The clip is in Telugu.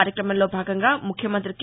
కార్యక్రమంలో భాగంగా ముఖ్యమంతి కే